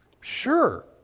Sure